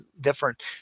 different